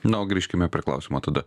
na o grįžkime prie klausimo tada